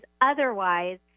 otherwise